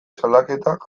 salaketak